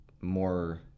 more